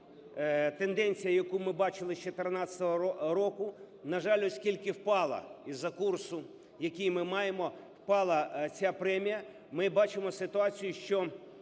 тенденція, яку ми бачили 14-го року, на жаль, оскільки впала із-за курсу, який ми маємо, впала ця премія, ми бачимо ситуацію, що